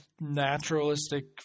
naturalistic